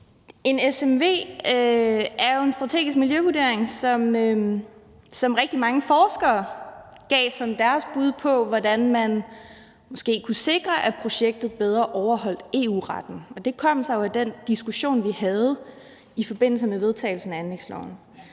En smv er jo en strategisk miljøvurdering, som rigtig mange forskere har givet som deres bud på, hvordan man måske kunne sikre, at projektet bedre overholdt EU-retten, og det kom sig jo af den diskussion, vi havde i forbindelse med vedtagelsen af anlægsloven.